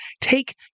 take